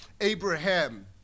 Abraham